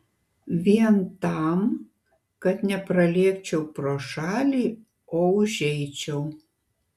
vien tam kad nepralėkčiau pro šalį o užeičiau